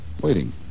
Waiting